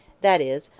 that is,